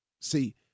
See